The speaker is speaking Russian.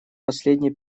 последние